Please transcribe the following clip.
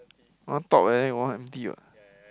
my one top then your one empty [what]